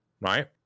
right